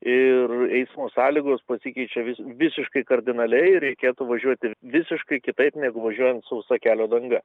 ir eismo sąlygos pasikeičia vis visiškai kardinaliai reikėtų važiuoti visiškai kitaip negu važiuojant sausa kelio danga